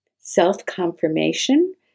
self-confirmation